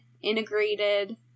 integrated